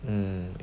mm